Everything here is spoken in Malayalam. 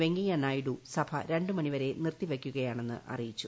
വെങ്കയ്യനായിഡു സഭ രണ്ട് മണി വരെ നിർത്തിവയ്ക്കുകയാണെന്ന് അറിയിച്ചു